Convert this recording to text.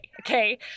Okay